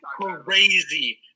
crazy